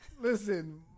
Listen